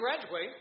graduate